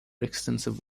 extensive